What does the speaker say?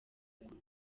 kure